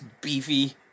beefy